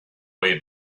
way